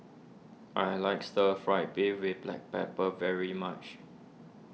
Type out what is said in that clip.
I like Stir Fried Beef with Black Pepper very much